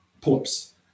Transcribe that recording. pull-ups